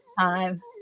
time